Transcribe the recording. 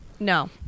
No